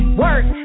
work